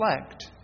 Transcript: reflect